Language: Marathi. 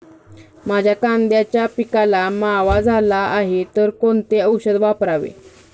माझ्या कांद्याच्या पिकाला मावा झाला आहे तर कोणते औषध वापरावे?